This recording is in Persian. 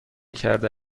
کرده